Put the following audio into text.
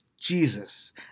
Jesus